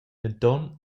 denton